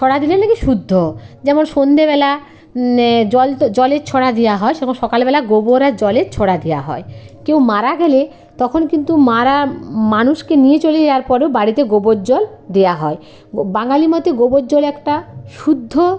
ছড়া দিলে না কি শুদ্ধ যেমন সন্ধ্যেবেলা জল তো জলের ছড়া দেওয়া হয় সেরকম সকালবেলা গোবর আর জলের ছড়া দেওয়া হয় কেউ মারা গেলে তখন কিন্তু মারা মানুষকে নিয়ে চলে যাওয়ার পরেও বাড়িতে গোবর জল দেয়া হয় গো বাঙালি মতে গোবর জল একটা শুদ্ধ